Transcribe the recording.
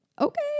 okay